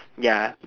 ya